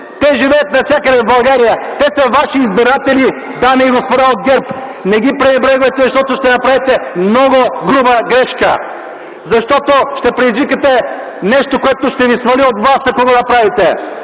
Те живеят навсякъде в България! Те са ваши избиратели, дами и господа от ГЕРБ! Не ги пренебрегвайте, защото ще направите много груба грешка. Ще предизвикате нещо, което ще ви свали от власт, ако го направите.